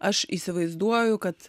aš įsivaizduoju kad